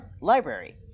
library